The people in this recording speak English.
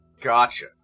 Gotcha